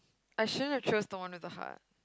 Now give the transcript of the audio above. I shouldn't have chosen the one with the heart